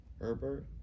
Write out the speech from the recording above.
Herbert